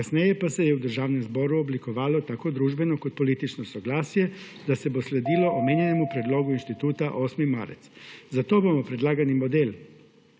Kasneje pa se je v državnem zboru oblikovalo tako družbeno kot politično soglasje, da se bo sledilo omenjenemu predlogu inštituta 8. marec. Zato bomo predlagani model,